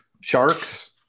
Sharks